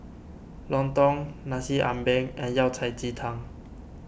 Lontong Nasi Ambeng and Yao Cai Ji Tang